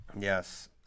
Yes